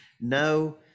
no